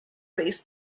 these